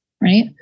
right